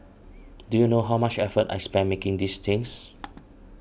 do you know how much effort I spent making these things